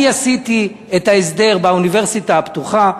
אני עשיתי את ההסדר באוניברסיטה הפתוחה.